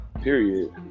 period